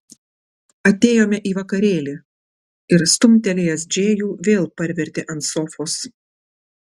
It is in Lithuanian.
atėjome į vakarėlį ir stumtelėjęs džėjų vėl parvertė ant sofos